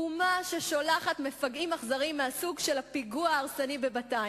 אומה ששולחת מפגעים אכזריים מהסוג של הפיגוע ההרסני בבת-עין,